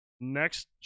next